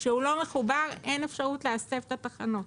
כשהוא לא מחובר אין אפשרות להסב את התחנות.